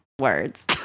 words